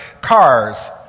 cars